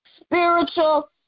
spiritual